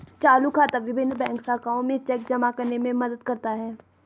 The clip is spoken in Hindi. चालू खाता विभिन्न बैंक शाखाओं में चेक जमा करने में मदद करता है